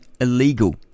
illegal